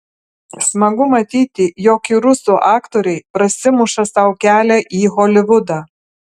smagu matyti jog ir rusų aktoriai prasimuša sau kelią į holivudą